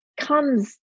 comes